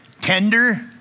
tender